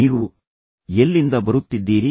ನೀವು ಎಲ್ಲಿಂದ ಬರುತ್ತಿದ್ದೀರಿ